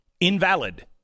invalid